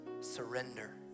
surrender